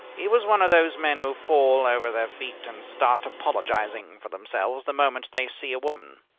he was one of those men who fall over their feet and start apologizing for themselves the moment they see a woman.